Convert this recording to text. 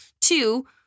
two